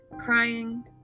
crying